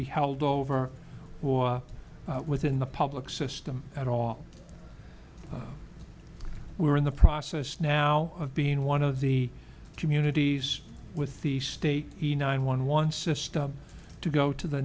be held over within the public system at all we are in the process now of being one of the communities with the state the nine one one system to go to the